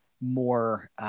more –